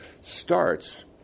starts